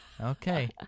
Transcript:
Okay